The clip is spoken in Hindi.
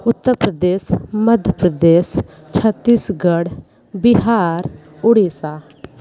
उत्तर प्रदेश मध्य प्रदेश छत्तीसगढ़ बिहार ओडिशा